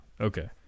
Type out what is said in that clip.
okay